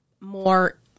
more